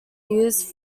used